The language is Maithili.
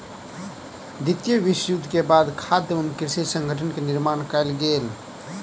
द्वितीय विश्व युद्ध के बाद खाद्य एवं कृषि संगठन के निर्माण कयल गेल